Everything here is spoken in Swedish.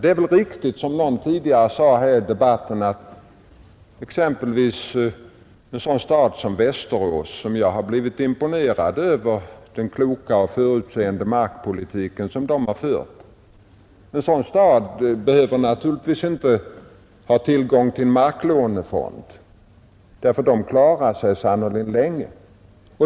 Det är riktigt — som någon tidigare här i debatten sagt — att exempelvis en sådan stad som Västerås som fört en klok och förutseende markpolitik naturligtvis inte behöver ha tillgång till marklånefonden; Västerås klarar sig sannerligen utan en sådan fond.